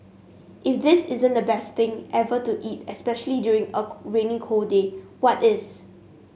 if this isn't the best thing ever to eat especially during a rainy cold day what is